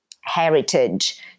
heritage